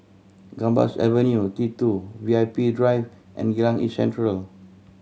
Gambas Avenue T Two V I P Drive and Geylang East Central